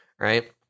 right